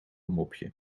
mopje